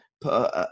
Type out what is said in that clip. put